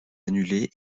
annulée